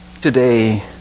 today